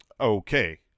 Okay